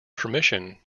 permission